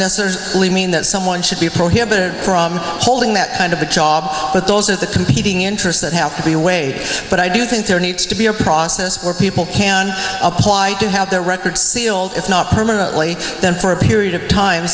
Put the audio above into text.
necessarily mean that someone should be prohibited from holding that kind of a job but those are the competing interests that have to be away but i do think there needs to be a process where people can apply to have their records sealed if not permanently for a period of time